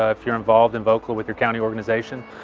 ah if you're involved and vocal with your county organization,